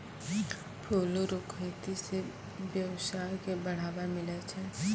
फूलो रो खेती से वेवसाय के बढ़ाबा मिलै छै